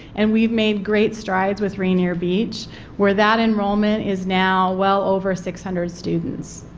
and we have made great strides with rainier beach where that enrollment is now well over six hundred students.